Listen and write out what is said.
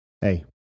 Hey